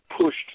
pushed